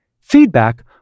Feedback